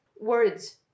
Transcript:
words